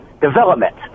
development